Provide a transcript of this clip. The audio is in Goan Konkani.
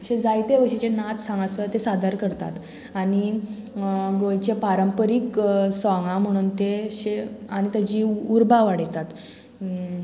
अशे जायते भशेचे नाच हांगासर ते सादर करतात आनी गोंयचे पारंपारीक सोंगां म्हणून ते आनी ताची उर्बा वाडयतात